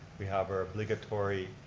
we have our obligatory